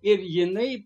ir jinai